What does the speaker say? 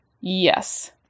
Yes